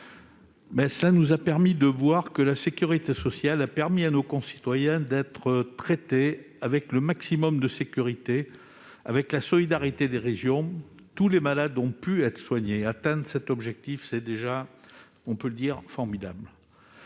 nous avons pu constater que la sécurité sociale a permis à nos concitoyens d'être traités avec le maximum de sécurité. Avec la solidarité des régions, tous les malades ont pu être soignés. Atteindre cet objectif est déjà formidable.